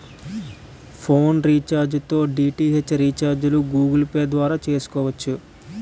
phone recharge లో DTH రీఛార్జిలు Google Pay ద్వారా చేసుకోవచ్చు